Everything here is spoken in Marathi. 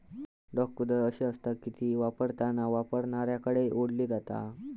ड्रॉ कुदळ अशी आसता की ती वापरताना वापरणाऱ्याकडे ओढली जाता